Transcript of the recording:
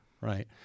right